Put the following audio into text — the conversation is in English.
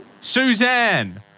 Suzanne